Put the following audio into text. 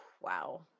wow